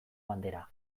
bandera